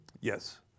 Yes